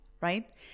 right